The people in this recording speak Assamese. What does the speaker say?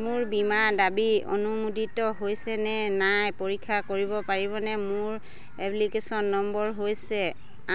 মোৰ বীমা দাবী অনুমোদিত হৈছেনে নাই পৰীক্ষা কৰিব পাৰিবনে মোৰ এপ্লিকেশ্যন নম্বৰ হৈছে